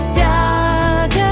dog